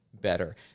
better